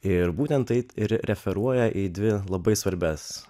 ir būtent tai ir referuoja į dvi labai svarbias